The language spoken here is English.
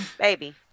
Baby